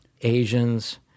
Asians